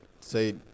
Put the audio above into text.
say